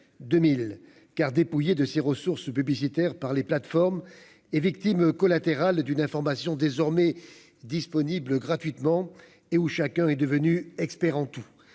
2000 car dépouillé de ses ressources publicitaires par les plateformes et victime collatérale d'une information désormais disponible gratuitement et où chacun est devenu expert en tout,